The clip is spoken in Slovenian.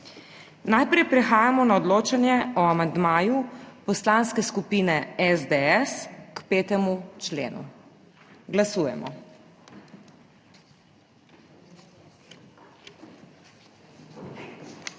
Najprej prehajamo na odločanje o amandmaju Poslanske skupine SDS k 5. členu. Glasujemo.